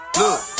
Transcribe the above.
look